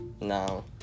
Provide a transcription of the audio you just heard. No